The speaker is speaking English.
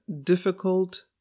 difficult